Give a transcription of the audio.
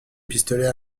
pistolet